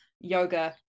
yoga